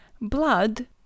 blood